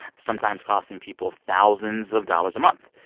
sometimes costing people thousands of dollars a month.